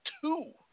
two